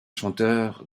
chanteur